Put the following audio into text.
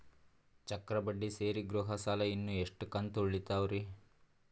ಚಕ್ರ ಬಡ್ಡಿ ಸೇರಿ ಗೃಹ ಸಾಲ ಇನ್ನು ಎಷ್ಟ ಕಂತ ಉಳಿದಾವರಿ?